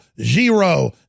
zero